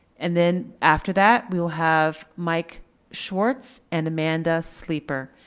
and then after that we we'll have mike schwartz and amanda sleeper.